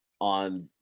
on